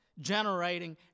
generating